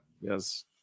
Yes